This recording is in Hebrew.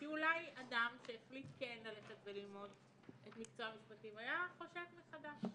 כי אולי אדם שהחליט כן ללכת וללמוד את מקצוע המשפטים היה חושב מחדש.